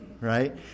right